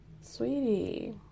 sweetie